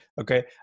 okay